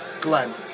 Glenn